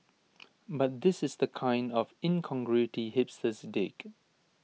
but this is the kind of incongruity hipsters dig